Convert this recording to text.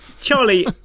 Charlie